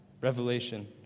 Revelation